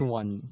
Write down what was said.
one